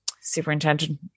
Superintendent